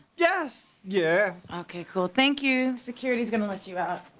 yes. yeah okay, cool. thank you. security's gonna let you out.